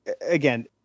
again